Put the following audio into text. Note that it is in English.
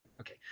Okay